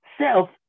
Self